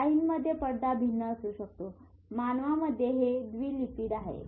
काहींमध्ये पडदा भिन्न असू शकतो मानवांमध्ये हे द्वि लिपिड आहे